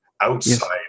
Outside